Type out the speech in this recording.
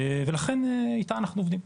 ולכן איתה אנחנו עובדים.